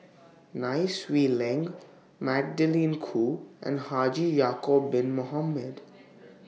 Nai Swee Leng Magdalene Khoo and Haji Ya'Acob Bin Mohamed